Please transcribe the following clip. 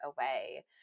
away